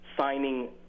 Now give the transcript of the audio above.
Signing